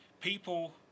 people